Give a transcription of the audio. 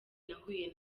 nahuye